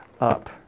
up